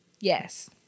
Yes